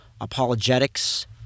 apologetics